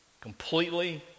completely